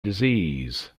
disease